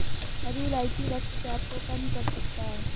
हरी इलायची रक्तचाप को कम कर सकता है